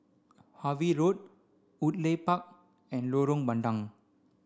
Harvey Road Woodleigh Park and Lorong Bandang